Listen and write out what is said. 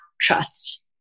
trust